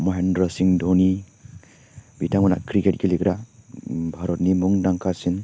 महेंद्र सिंह धोनी बिथांमोनहा क्रिकेट गेलेग्रा भारतनि मुंदांखासिन